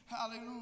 Hallelujah